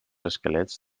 esquelets